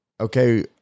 Okay